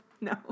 No